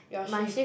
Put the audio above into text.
your shift